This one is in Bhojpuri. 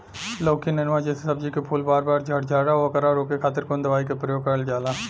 लौकी नेनुआ जैसे सब्जी के फूल बार बार झड़जाला ओकरा रोके खातीर कवन दवाई के प्रयोग करल जा?